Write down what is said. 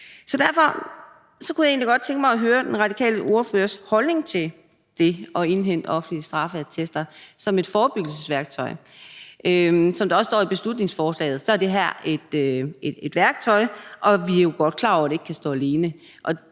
Derfor kunne jeg egentlig godt tænke mig at høre den radikale ordførers holdning til at indhente offentlige straffeattester som et forebyggelsesværktøj. Som der også står i beslutningsforslaget, er det her et værktøj, og vi er jo godt klar over, at det ikke kan stå alene.